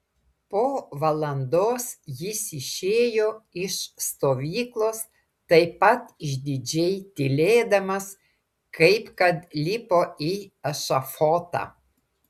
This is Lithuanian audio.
po valandos jis išėjo iš stovyklos taip pat išdidžiai tylėdamas kaip kad lipo į ešafotą